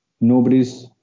Nobody's